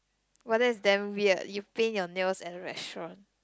!wah! that is damn weird you paint your nails at the restaurant